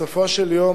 בסופו של יום,